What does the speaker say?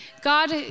God